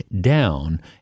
down